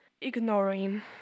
ignoring